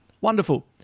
wonderful